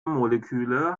moleküle